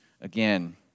again